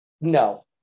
no